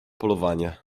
polowanie